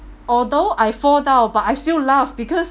although I fall down but I still laugh because